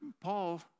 Paul